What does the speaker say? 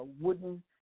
wooden